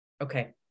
Okay